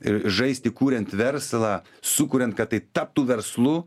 ir žaisti kuriant verslą sukuriant kad tai taptų verslu